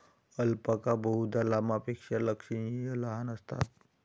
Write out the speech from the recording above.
alpaca बहुधा लामापेक्षा लक्षणीय लहान असतात